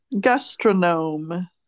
gastronome